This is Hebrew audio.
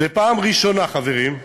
זו פעם ראשונה, חברים,